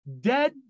dead